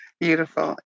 Beautiful